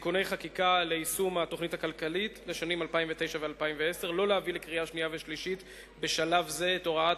אושרה בקריאה